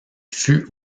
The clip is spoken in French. fut